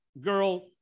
girl